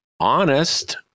honest